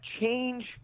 change